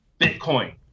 Bitcoin